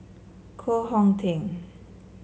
Koh Hong Teng